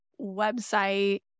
website